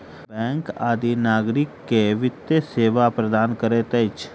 bank आदि नागरिक के वित्तीय सेवा प्रदान करैत अछि